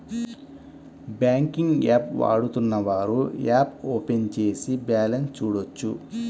banking app వాడుతున్నవారు app open చేసి balance చూడొచ్చు